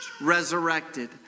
resurrected